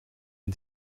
een